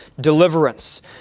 deliverance